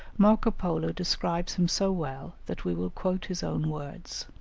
marco polo describes him so well that we will quote his own words.